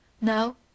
Now